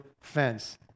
fence